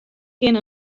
kin